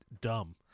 dumb